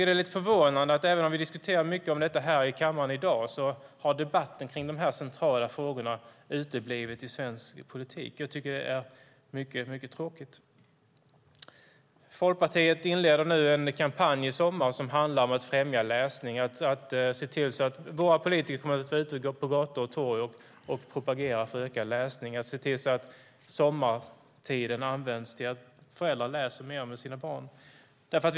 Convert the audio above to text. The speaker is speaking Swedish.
Det är lite förvånande att även om vi diskuterar detta mycket här i kammaren i dag har debatten om dessa centrala frågor uteblivit i svensk politik. Det tycker jag är mycket tråkigt. Folkpartiet inleder i sommar en kampanj för att främja läsning. Våra politiker kommer att vara ute på gator och torg och propagera för ökad läsning och se till att föräldrar läser mer med sina barn i sommar.